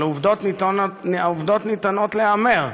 אבל העובדות ניתנות להיאמר,